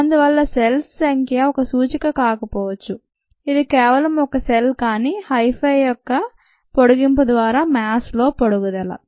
అందువల్ల సెల్స్ సంఖ్య ఒక సూచిక కాకపోవచ్చు ఇది కేవలం ఒకసెల్ కానీ హైఫే యొక్క పొడిగింపు ద్వారా మాస్ లో పెరుగుదల